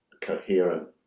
coherent